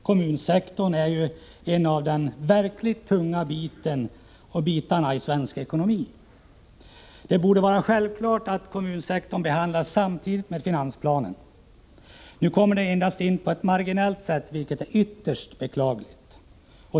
Kommunsektorn är ju en av de verkligt tunga bitarna i svensk ekonomi. Det borde vara självklart att kommunsektorn behandlas samtidigt med finansplanen. Nu kommer den in endast på ett marginellt sätt, vilket är ytterst beklagligt.